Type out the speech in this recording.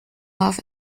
off